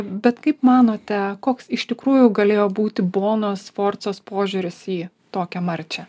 bet kaip manote koks iš tikrųjų galėjo būti bonos sforcos požiūris į tokią marčią